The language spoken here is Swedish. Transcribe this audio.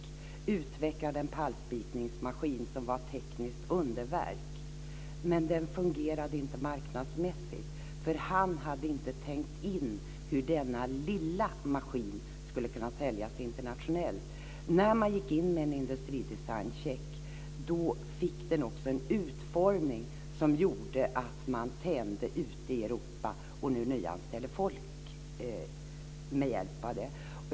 Man utvecklade en pallspikningsmaskin som var ett tekniskt underverk, men den fungerade inte marknadsmässigt. Han hade inte tänkt på hur denna lilla maskin skulle kunna säljas internationellt. När man gick in med en industridesigncheck fick den också en utformning som gjorde att de tände ute i Europa, och nu nyanställs folk med hjälp av det.